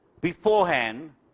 beforehand